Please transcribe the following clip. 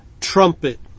trumpet